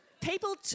People